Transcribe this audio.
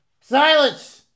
Silence